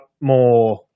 more